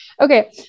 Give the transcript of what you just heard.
Okay